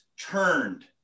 turned